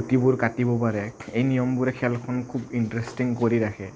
গুটিবোৰ কাটিব পাৰে এই নিয়মবোৰে খেলখন খুব ইনটাৰেষ্টিং কৰি ৰাখে